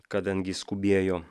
kadangi skubėjo